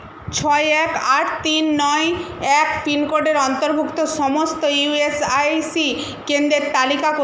ছয় এক আট তিন নয় এক পিনকোডের অন্তর্ভুক্ত সমস্ত ইউএসআইসি কেন্দ্রের তালিকা করুন